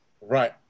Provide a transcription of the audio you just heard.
Right